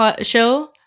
show